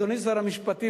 אדוני שר המשפטים,